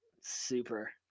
Super